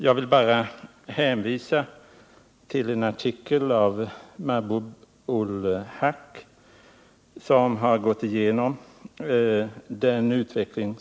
Jag vill bara hänvisa till en artikel av Mahbub ul Haq, som har studerat utvecklingen.